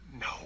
No